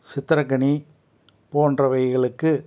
சித்திரைக்கனி போன்றவைகளுக்கு